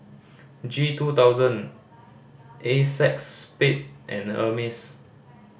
G two thousand Acexspade and Hermes